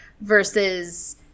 versus